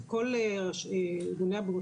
כל גורמי הבריאות,